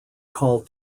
called